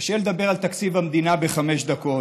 קשה לדבר על תקציב המדינה בחמש דקות,